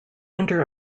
inter